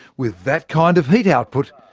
with that kind of heat output,